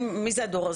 מי זה הדור הזה?